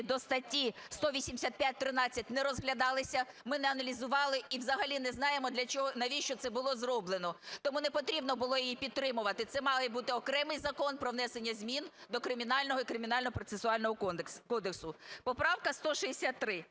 до статті 185-13 не розглядалися, ми не аналізували і взагалі не знаємо, навіщо це було зроблено. Тому не потрібно було її підтримувати, це має бути окремий закон про внесення змін до Кримінального і Кримінально-процесуального кодексу. Поправка 163.